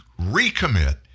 recommit